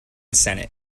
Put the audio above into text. senate